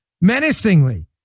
menacingly